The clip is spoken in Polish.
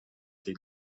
tej